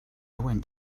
went